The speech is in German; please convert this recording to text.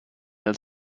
als